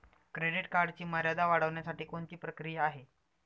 Credit कार्डची मर्यादा वाढवण्यासाठी कोणती प्रक्रिया आहे?